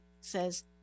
says